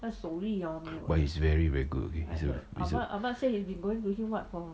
that's why is very very good okay let's say you going to you what for